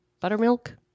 buttermilk